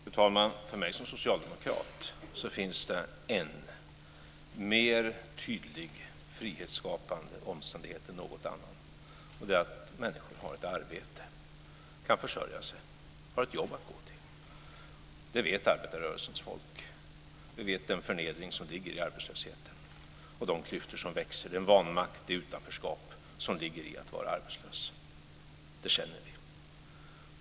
Fru talman! För mig som socialdemokrat finns det en, mer tydlig frihetsskapande omständighet än något annat. Det är att människor har ett arbete, kan försörja sig - har ett jobb att gå till. Det vet arbetarrörelsens folk. De känner till den förnedring som ligger i arbetslösheten och de klyftor som växer, den vanmakt och det utanförskap som ligger i att vara arbetslös. Det känner vi.